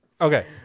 Okay